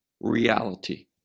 reality